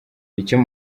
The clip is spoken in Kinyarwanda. icyo